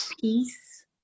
peace